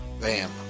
Bam